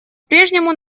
прежнему